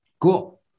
Cool